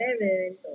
parents